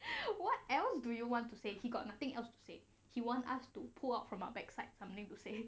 what else do you want to say he got nothing else to say he wants asked to pull out from back side something to say